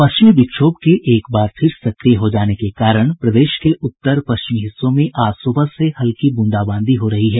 पश्चिमी विक्षोभ के एक बार फिर से सक्रिय हो जाने के कारण प्रदेश के उत्तर पश्चिमी हिस्सों में आज सुबह से हल्की बूंदाबांदी हो रही है